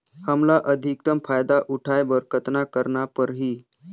हमला अधिकतम फायदा उठाय बर कतना करना परही?